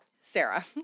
Sarah